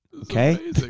Okay